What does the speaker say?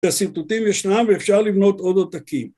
הסרטוטים ישנם ואפשר לבנות עוד עותקים.